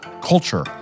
culture